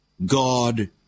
God